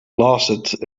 lasted